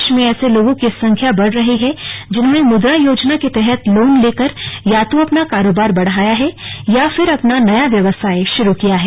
प्रदेश में ऐसे लोगों की संख्या बढ़ रही है जिन्होंने मुद्रा योजना के तहत लोन लेकर या तो अपना कारोबार बढ़ाया है या फिर अपना नया व्यवसाय शुरू किया है